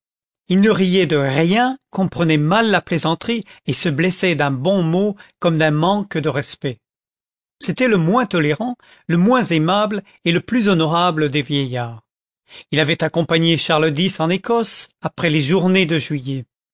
il ne riait de rien comprenait mal la plaisanterie et se blessait d'un bon mot comme d'un manque de respect c'était le moins tolérant le moins aimable et le plus honorable des vieillards il avait accompagné charles x en ecosse après les journées de juillet